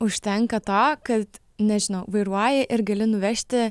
užtenka to kad nežinau vairuoji ir gali nuvežti